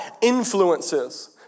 influences